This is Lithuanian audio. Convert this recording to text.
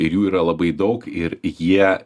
ir jų yra labai daug ir jie